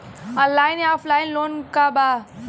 Online या offline loan का बा?